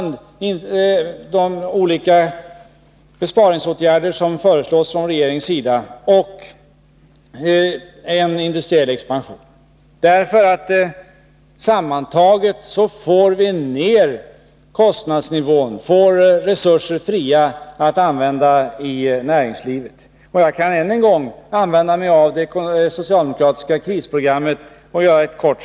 De olika besparingsåtgärder som regeringen föreslår har samband med en industriell expansion, eftersom det sammantaget medför att vi får ned kostnadsnivån och frigör resurser, som kan användas i näringslivet. Jag kan än en gång använda mig av det socialdemokratiska krisprogrammet och citera några rader.